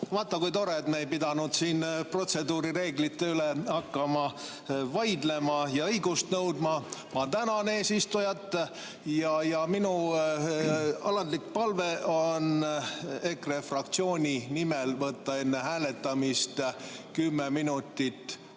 Vaata kui tore, et me ei pidanud siin protseduurireeglite üle hakkama vaidlema ja õigust nõudma. Ma tänan eesistujat ja minu alandlik palve on võtta EKRE fraktsiooni nimel enne hääletamist kümme minutit